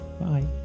Bye